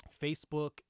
facebook